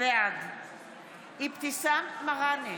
בעד אבתיסאם מראענה,